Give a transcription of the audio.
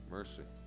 Mercy